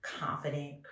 confident